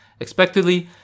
Expectedly